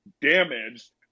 damaged